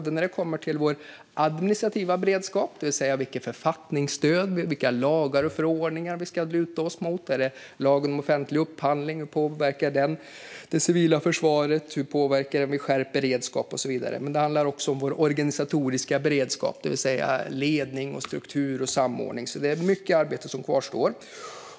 En del handlar om vår administrativa beredskap, det vill säga vilket författningsstöd vi ska ha eller vilka lagar och förordningar vi ska luta oss mot. Hur påverkar lagen om offentlig upphandling det civila försvaret? Hur påverkar den vid skärpt beredskap? En annan del handlar om vår organisatoriska beredskap, det vill säga ledning, struktur och samordning. Det är mycket arbete som kvarstår.